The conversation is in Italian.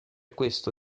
questo